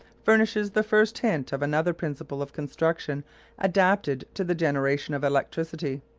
furnishes the first hint of another principle of construction adapted to the generation of electricity.